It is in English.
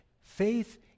faith